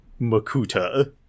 Makuta